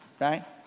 Right